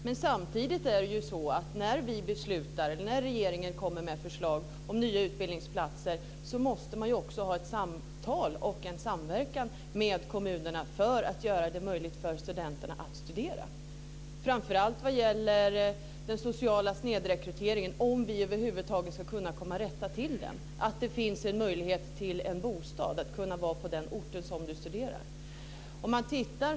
Men samtidigt är det så att när vi beslutar och när regeringen kommer med förslag om nya utbildningsplatser måste man också ha ett samtal och en samverkan med kommunerna för att göra det möjligt för studenterna att studera, framför allt när det gäller den sociala snedrekryteringen. Om vi över huvud taget ska kunna rätta till den måste det finnas en möjlighet för studenterna att få en bostad och att kunna bo på den ort där de studerar.